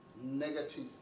Negative